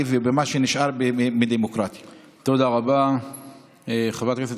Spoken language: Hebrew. ובכן, חבר הכנסת